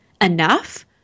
enough